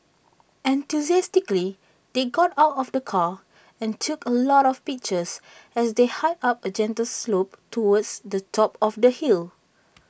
enthusiastically they got out of the car and took A lot of pictures as they hiked up A gentle slope towards the top of the hill